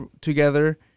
together